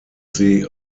sie